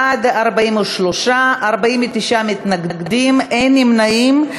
בעד, 43, 49 מתנגדים, אין נמנעים.